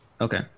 Okay